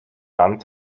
dann